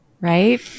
Right